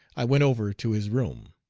i went over to his room.